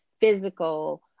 physical